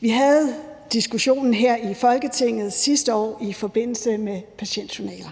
Vi havde diskussionen her i Folketinget sidste år i forbindelse med patientjournaler.